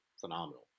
phenomenal